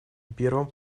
первом